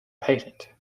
patent